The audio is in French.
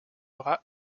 aura